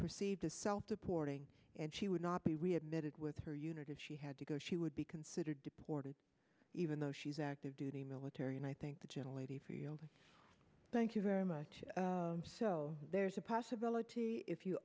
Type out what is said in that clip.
perceived as self supporting and she would not be readmitted with her unit if she had to go she would be considered deported even though she is active duty military and i think the general waiting for you thank you very much there's a possibility if you